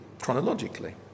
chronologically